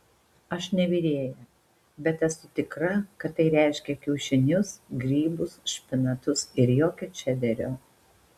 aš ne virėja bet esu tikra kad tai reiškia kiaušinius grybus špinatus ir jokio čederio